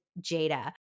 Jada